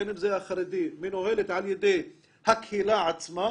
בין אם זה החרדי מנוהלת על ידי הקהילה עצמה,